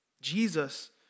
Jesus